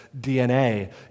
DNA